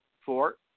four